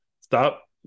Stop